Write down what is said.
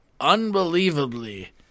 unbelievably